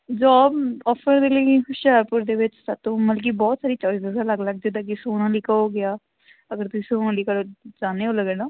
job offer ਦੇ ਲਈ ਹੁਸ਼ਿਆਰਪੁਰ ਦੇ ਵਿੱਚ ਸਾਤੋਂ ਮਲ ਕਿ ਬਹੁਤ ਸਾਰੀ ਚੋਇਸਸ ਹੈ ਅਲੱਗ ਅਲੱਗ ਜਿੱਦਾਂ ਕਿ ਸੋਨਾਲੀਕਾ ਹੋ ਗਿਆ ਅਗਰ ਤੁਸੀਂ ਸੋਨਾਲੀਕਾ ਦਾ ਚਾਹੁੰਦੇ ਹੋ ਲੱਗਣਾ